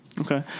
Okay